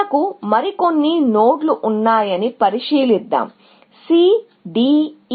మనకు మరికొన్ని నోడ్లు ఉన్నాయి పరిశీలిద్దాం C D E